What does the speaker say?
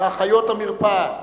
ולאחיות המרפאה,